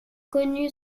connu